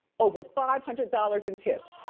over five hundred dollars in tips.